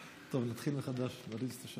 טוב, נתחיל מחדש, תריץ את השעון.